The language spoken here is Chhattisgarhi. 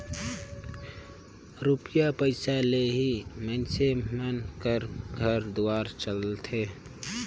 रूपिया पइसा ले ही मइनसे मन कर घर दुवार चलथे